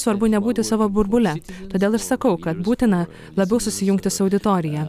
svarbu nebūti savo burbule todėl ir sakau kad būtina labiau susijungti su auditorija